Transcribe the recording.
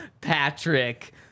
Patrick